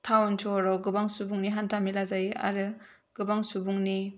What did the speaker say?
town सहराव गोबां सुबुंनि हान्था मेला जायो आरो गोबां सुबुंनि